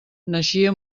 naixia